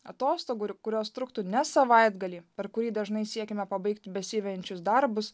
atostogų ir kurios truktų ne savaitgalį per kurį dažnai siekiame pabaigti besivejančius darbus